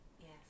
Yes